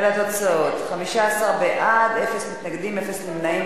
אלה התוצאות: 15 בעד, אפס מתנגדים, אפס נמנעים.